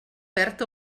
perd